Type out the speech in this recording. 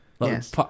Yes